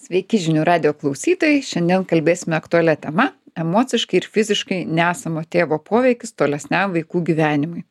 sveiki žinių radijo klausytojai šiandien kalbėsime aktualia tema emociškai ir fiziškai nesamo tėvo poveikis tolesniam vaikų gyvenimui